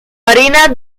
barinas